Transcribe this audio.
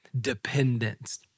dependence